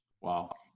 Wow